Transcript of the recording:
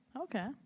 okay